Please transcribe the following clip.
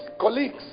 colleagues